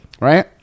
Right